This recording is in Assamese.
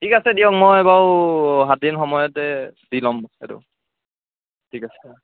ঠিক আছে দিয়ক মই বাৰু সাত দিন সময়তে দি লম এইটো ঠিক আছে